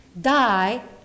die